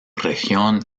región